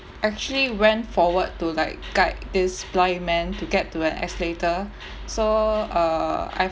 actually went forward to like guide this blind man to get to an escalator so uh I